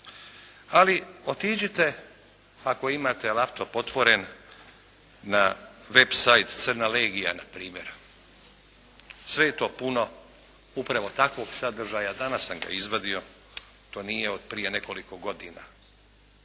Ali otiđite ako imate laptop otvoren na web site “Crna legija“ na primjer. Sve je to puno upravo takvog sadržaja. Danas sam ga izvadio. To nije od prije nekoliko godina.